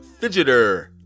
Fidgeter